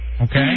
okay